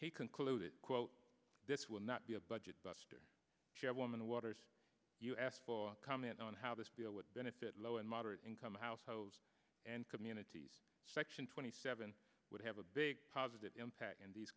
he concluded quote this will not be a budget buster chairwoman waters you asked for comment on how this bill would benefit low and moderate income households and communities section twenty seven would have a big positive impact in these